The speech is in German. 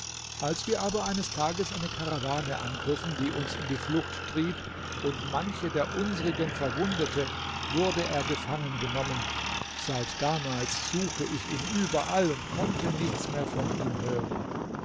als wir aber eines tages eine karawane angriffen die uns in die flucht trieb und manche der unsrigen verwundete wurde er gefangen genommen seit damals suche ich ihn überall und konnte nichts mehr von ihm hören